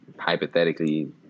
Hypothetically